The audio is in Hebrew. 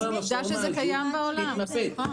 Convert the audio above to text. כל הרפורמה הזאת תתנפץ.